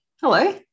Hello